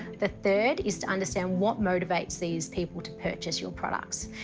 the third is to understand what motivates these people to purchase your products.